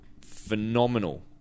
Phenomenal